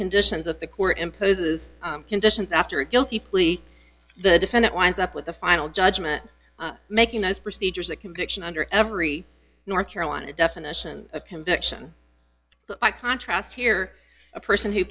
conditions of the court imposes conditions after a guilty plea the defendant winds up with a final judgment making those procedures a conviction under every north carolina definition of conviction by contrast here a person who